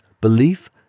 belief